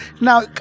now